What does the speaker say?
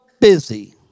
busy